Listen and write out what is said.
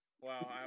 Wow